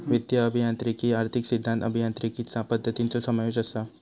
वित्तीय अभियांत्रिकीत आर्थिक सिद्धांत, अभियांत्रिकीचा पद्धतींचो समावेश असा